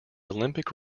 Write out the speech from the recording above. olympic